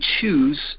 choose